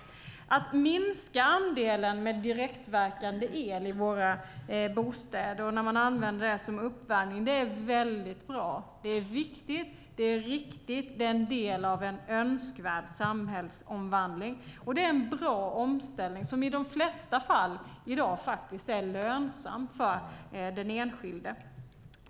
Att minska andelen direktverkande el i våra bostäder för uppvärmning är väldigt bra. Det är viktigt och riktigt, och det är en del av en önskvärd samhällsomvandling. Det är en bra omställning som i de flesta fall är lönsam för den enskilde i dag.